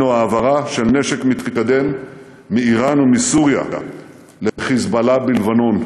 למנוע העברה של נשק מתקדם מאיראן ומסוריה ל"חיזבאללה" בלבנון.